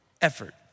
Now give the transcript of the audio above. effort